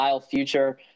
Future